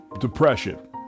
Depression